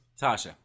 Tasha